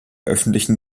öffentlichen